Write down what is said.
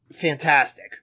fantastic